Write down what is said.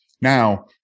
Now